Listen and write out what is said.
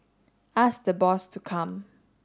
ask the boss to come